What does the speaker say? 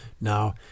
Now